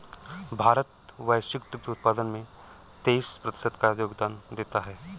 भारत वैश्विक दुग्ध उत्पादन में तेईस प्रतिशत का योगदान देता है